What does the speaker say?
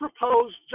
proposed